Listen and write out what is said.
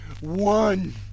one